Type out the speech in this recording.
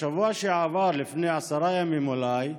בשבוע שעבר, לפני עשרה ימים אולי,